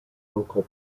local